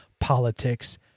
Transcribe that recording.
politics